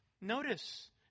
Notice